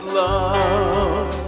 love